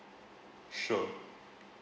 sure